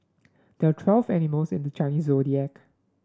there are twelve animals in the Chinese Zodiac